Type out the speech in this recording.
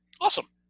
Awesome